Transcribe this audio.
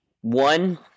one